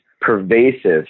pervasive